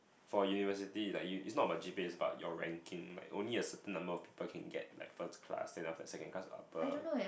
for university is like you you it's not about G_P_A is about your ranking like only a certain number of people can get like first class then after that second class upper